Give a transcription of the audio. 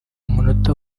umunota